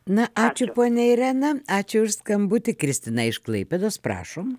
na ačiū ponia irena ačiū už skambutį kristina iš klaipėdos prašom